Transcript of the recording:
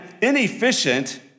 inefficient